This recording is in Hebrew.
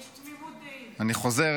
חוזר,